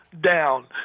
Down